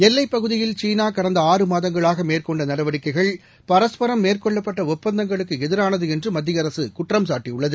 எல்லைப் பகுதியில் சீனா கடந்த ஆறு மாதங்களாக மேற்கொண்ட நடவடிக்கைகள் பரஸ்பரம் மேற்கொள்ளப்பட்ட ஒப்பந்தங்களுக்கு எதிரானது என்று மத்திய அரசு குற்றம்சாட்டியுள்ளது